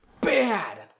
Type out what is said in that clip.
bad